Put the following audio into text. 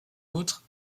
outre